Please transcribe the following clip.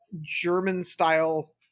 German-style